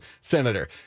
senator